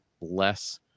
less